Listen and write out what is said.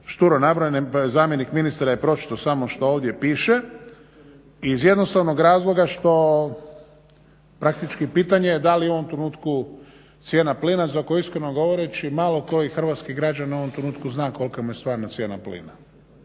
šturo nabrojane, pa je zamjenik ministra pročitao samo što ovdje piše iz jednostavnog razloga što praktički pitanje je da li u ovom trenutku cijena plina za koju iskreno govoreći malo koji hrvatski građanin u ovom trenutku zna kolika mu je stvarna cijena plina.